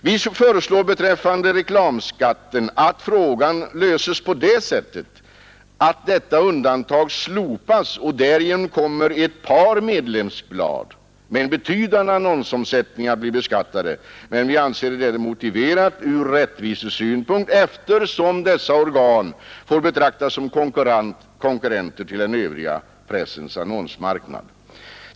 Vi föreslår beträffande reklamskatten att frågan löses på det sättet att detta undantag slopas. Därigenom kommer ett par medlemsblad med en betydande annonsomsättning att bli beskattade, men vi anser detta motiverat ur rättvisesynpunkt, eftersom dessa organ får betraktas som konkurrenter till den övriga pressens annonsmarknad.